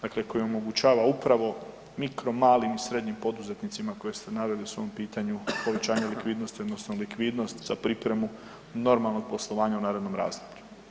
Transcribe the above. Dakle, koje omogućava upravo mikro, malim i srednjim poduzetnicima koje ste naveli u svom pitanju, povećanju likvidnosti odnosno likvidnost za pripremu normalnog poslovanja u narednom razdoblju.